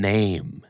Name